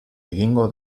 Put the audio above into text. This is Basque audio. egingo